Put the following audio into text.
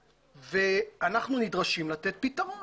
ואנחנו נדרשים לתת פתרון.